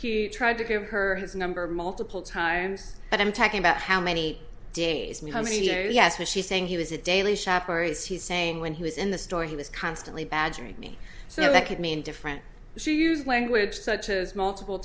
her he tried to give her his number multiple times and i'm talking about how many days and how many oh yes was she saying he was a daily shopper is he saying when he was in the store he was constantly badgering me so that could mean different she used language such as multiple